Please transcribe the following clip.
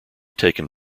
taken